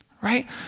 right